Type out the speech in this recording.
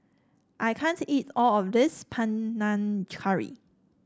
I can't eat all of this Panang Curry